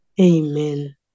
Amen